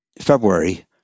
February